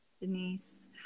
Denise